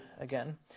again